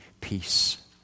peace